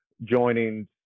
joining